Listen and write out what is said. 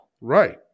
Right